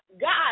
God